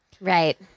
right